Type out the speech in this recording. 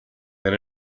than